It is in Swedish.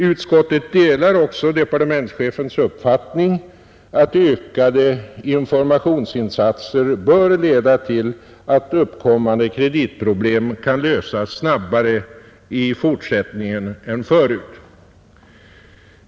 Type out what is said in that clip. Utskottet delar också departementschefens uppfattning att ökade informationsinsatser bör leda till att uppkommande kreditproblem kan lösas snabbare i fortsättningen än förut.